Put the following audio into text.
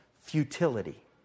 futility